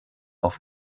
auf